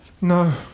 No